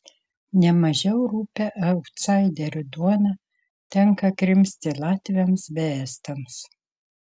ne mažiau rupią autsaiderių duoną tenka krimsti latviams bei estams